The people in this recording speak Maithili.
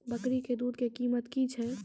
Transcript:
बकरी के दूध के कीमत की छै?